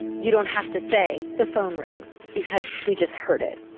you don't have to say, the phone rings. because we just heard it.